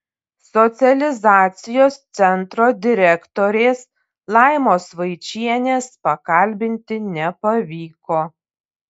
socializacijos centro direktorės laimos vaičienės pakalbinti nepavyko